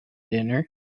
dinner